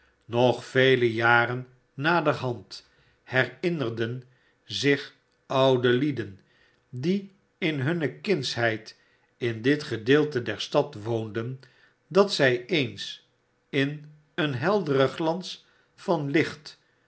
nog vele jaren naderhand herinnerden zich oude lieden die in hunne kindsheidin dit gedeelte der stad woonden dat zij eens in een helderen glans van licht